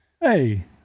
Hey